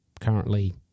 currently